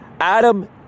adam